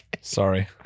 Sorry